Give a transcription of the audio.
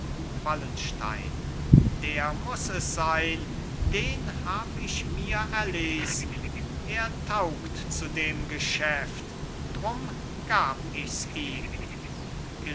wallenstein der muß es sein den hab ich mir erlesen er taugt zu dem geschäft drum gab ichs ihm